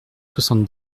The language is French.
soixante